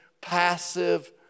passive